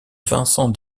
vincent